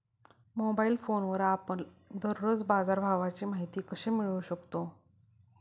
Mobile फोनवर आपण दररोज बाजारभावाची माहिती कशी मिळवू शकतो?